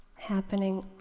happening